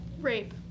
Rape